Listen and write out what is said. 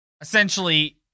essentially